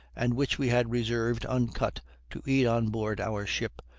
and which we had reserved uncut to eat on board our ship,